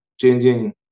changing